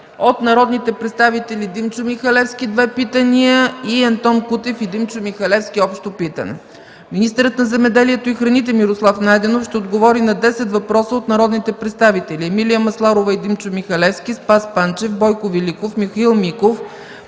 от народните представители Димчо Михалевски – 2 питания, и Антон Кутев и Димчо Михалевски – общо питане. Министърът на земеделието и храните Мирослав Найденов ще отговори на 10 въпроса от народните представители Емилия Масларова и Димчо Михалевски, Спас Панчев, Бойко Великов, Михаил Миков,